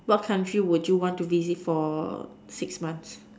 what country would you want to visit for six months